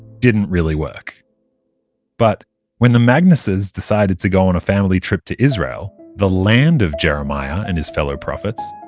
didn't really work but when the magnuses decided to go on a family trip to israel, the land of jeremiah and his fellow prophets,